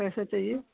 कैसा चाहिए